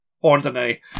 ordinary